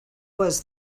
was